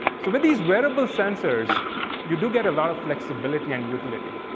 so but these wearable sensors you do get a lot of flexibility and utility.